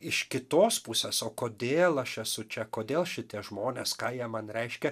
iš kitos pusės o kodėl aš esu čia kodėl šitie žmonės ką jie man reiškia